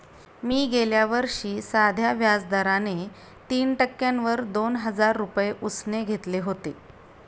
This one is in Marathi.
मी गेल्या वर्षी साध्या व्याज दराने तीन टक्क्यांवर दोन हजार रुपये उसने घेतले होते